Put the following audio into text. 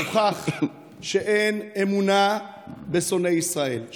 הוכח שאין אמונה בשונאי ישראל,